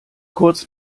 kurz